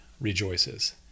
rejoices